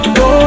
go